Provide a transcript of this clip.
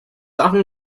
often